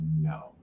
no